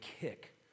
kick